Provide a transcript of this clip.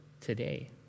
today